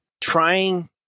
Trying